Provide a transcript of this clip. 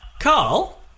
Carl